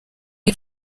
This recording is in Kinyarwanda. iri